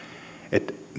että